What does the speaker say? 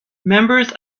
members